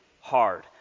hard